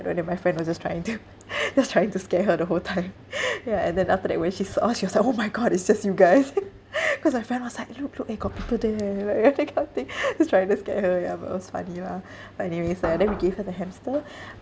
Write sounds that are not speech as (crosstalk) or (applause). even though my friend was just trying to (laughs) just trying to scare her the whole time (laughs) ya and then after that when she saw she was like oh my god it's just you guys (laughs) cause my friend was like look look eh got people there eh like that kind of thing (laughs) just trying to scared her ya but it was funny lah funny is uh then we gave her the hamster